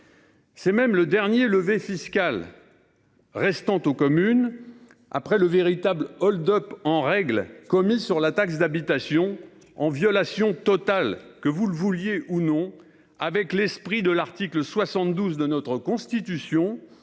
C’est même le dernier levier fiscal restant aux communes après le véritable hold-up en règle commis sur la taxe d’habitation, en violation totale – là encore, que vous le vouliez ou non – avec l’esprit de l’article 72 de notre Constitution